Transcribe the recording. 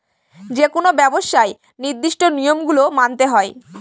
যেকোনো ব্যবসায় নির্দিষ্ট নিয়ম গুলো মানতে হয়